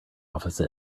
office